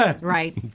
Right